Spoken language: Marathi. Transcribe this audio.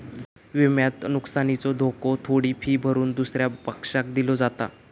विम्यात नुकसानीचो धोको थोडी फी भरून दुसऱ्या पक्षाक दिलो जाता